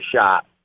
shot